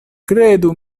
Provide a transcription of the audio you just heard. kredu